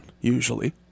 usually